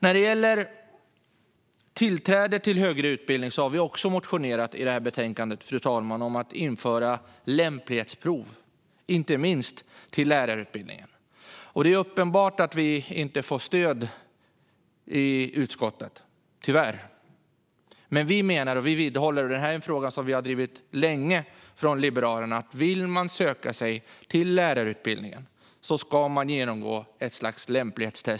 I frågan om tillträde till högre utbildning har vi också väckt motioner till betänkandet om att införa lämplighetsprov, inte minst till lärarutbildningen. Det är uppenbart att vi inte får stöd i utskottet - tyvärr. Men vi liberaler vidhåller att om man vill söka sig till lärarutbildningen ska man genomgå något slags lämplighetsprov.